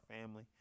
family